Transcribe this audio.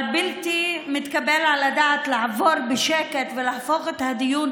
אבל בלתי מתקבל על הדעת לעבור בשקט ולהפוך את הדיון